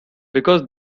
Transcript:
because